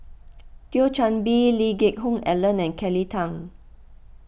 Thio Chan Bee Lee Geck Hoon Ellen and Kelly Tang